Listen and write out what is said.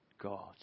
God